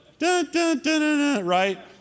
Right